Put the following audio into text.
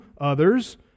others